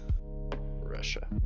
Russia